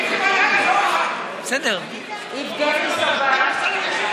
בעד יבגני סובה,